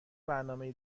برنامهای